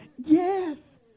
Yes